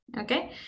okay